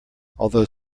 although